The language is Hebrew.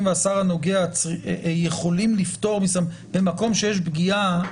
והשר הנוגע יכולים לפטור במקום שיש פגיעה,